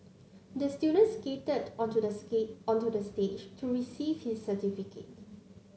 the student skated onto the onto the stage to receive his certificate